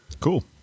cool